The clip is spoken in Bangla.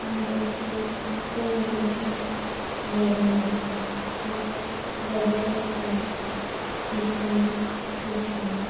ভারতীয় উপমহাদেশে ব্যবহারিক এবং গবেষণাধর্মী বিজ্ঞানের সূচনা